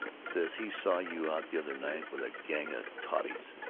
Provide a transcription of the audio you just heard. says he saw you out the other night with a gang of totties,